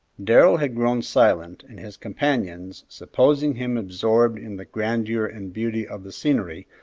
darrell had grown silent, and his companions, supposing him absorbed in the grandeur and beauty of the scenery,